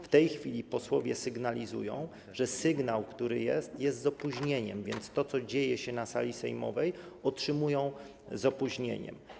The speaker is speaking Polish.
W tej chwili posłowie sygnalizują, że sygnał, który mają, jest z opóźnieniem, więc to, co dzieje się na sali sejmowej, otrzymują z opóźnieniem.